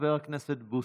חבר הכנסת בוסו.